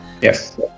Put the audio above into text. Yes